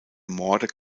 morde